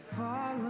follow